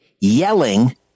yelling